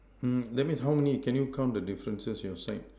mm that means how many can you count the differences your side